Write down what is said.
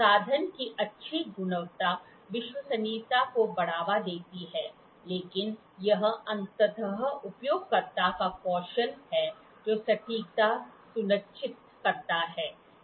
साधन की अच्छी गुणवत्ता विश्वसनीयता को बढ़ावा देती है लेकिन यह अंततः उपयोगकर्ता का कौशल है जो सटीकता सुनिश्चित करता है